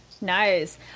nice